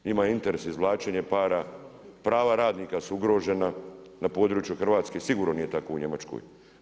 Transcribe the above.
Njima interes izvlačenje para, prav radnika su ugrožena, na području Hrvatske, sigurno nije tako u Njemačkoj.